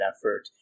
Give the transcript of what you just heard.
effort